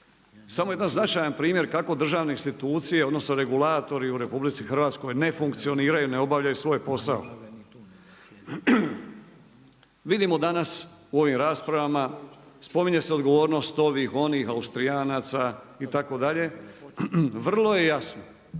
samo jedan značajan primjer kako državne institucije odnosno regulatori u RH ne funkcioniraju, ne obavljaju svoj posao. Vidimo danas u ovim raspravama, spominje se odgovornost, ovih, onih, Austrijanaca itd., vrlo je jasno,